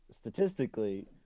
statistically